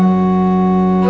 well